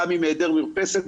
פעם בהיעדר מרפסת,